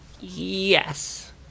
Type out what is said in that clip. yes